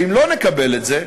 ואם לא נקבל את זה,